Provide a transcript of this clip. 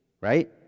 right